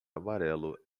amarelo